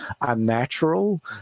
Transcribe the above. unnatural